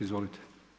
Izvolite.